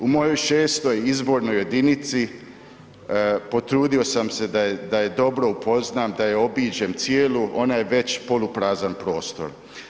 U mojoj VI. izbornoj jedinici potrudio sam se da je dobro upoznam, da je obiđem cijelu, ona je već poluprazan prostor.